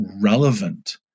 relevant